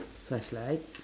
such like